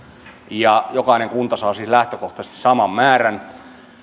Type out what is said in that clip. ja jokainen kunta saa siis lähtökohtaisesti saman määrän